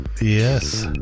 Yes